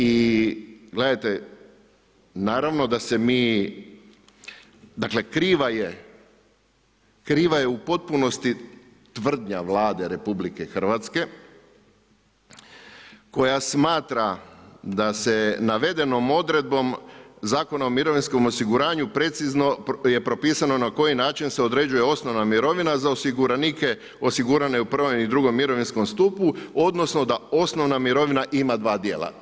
I gledajte, naravno da se mi, dakle kriva je u potpunosti tvrdnja Vlade RH koja smatra da se navedenom odredbom Zakona o mirovinskom osiguranju precizno je propisano na koji način se određuje osnovna mirovina za osiguranike osigurane u prvom i drugom mirovinskom stupu, odnosno da osnovna mirovina ima dva dijela.